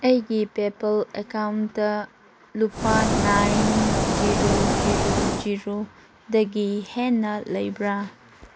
ꯑꯩꯒꯤ PayPal account ꯂꯨꯄꯥ nine zero zero ꯖꯦꯔꯣꯗꯒꯤ ꯍꯦꯟꯅ ꯂꯩꯕ꯭ꯔꯥ